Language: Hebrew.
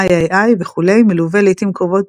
"אי-אי-אי" וכו' מלווה לעיתים קרובות